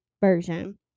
version